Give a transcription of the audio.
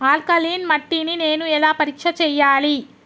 Alkaline మట్టి ని నేను ఎలా పరీక్ష చేయాలి?